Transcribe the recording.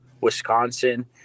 Wisconsin